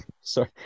sorry